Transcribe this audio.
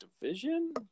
division